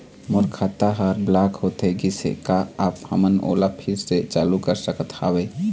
मोर खाता हर ब्लॉक होथे गिस हे, का आप हमन ओला फिर से चालू कर सकत हावे?